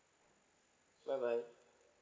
bye bye